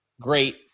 great